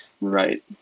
right